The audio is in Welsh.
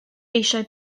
eisiau